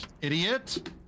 idiot